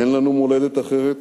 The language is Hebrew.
אין לנו מולדת אחרת,